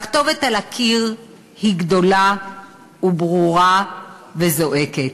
והכתובת על הקיר היא גדולה וברורה וזועקת.